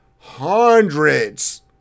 hundreds